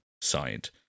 side